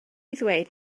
ddweud